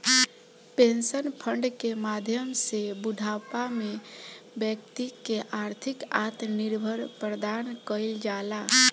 pension fund के माध्यम से बूढ़ापा में बैक्ति के आर्थिक आत्मनिर्भर प्रदान कईल जाला